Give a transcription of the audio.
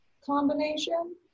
combination